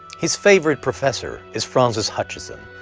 his favorite professor is francis hutcheson,